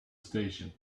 station